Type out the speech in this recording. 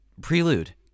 prelude